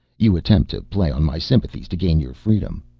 you attempt to play on my sympathies to gain your freedom.